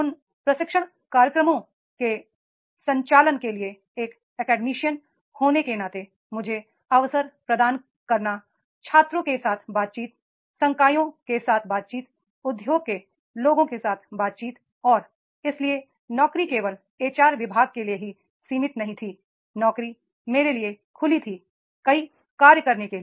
उन प्रशिक्षण कार्यक्रमों के संचालन के लिए एक एकेडमीशयन होने के नाते मुझे अवसर प्रदान करना छात्रों के साथ बातचीत संकायों के साथ बातचीत उद्योग के लोगों के साथ बातचीत और इसलिए नौकरी केवल एच आर विभाग के लिए ही सीमित नहीं थी नौकरी मेरे लिए खुली थी कई कार्य करने के लिए